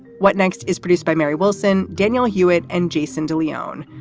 what next is produced by mary wilson, daniel hewitt and jason de leon.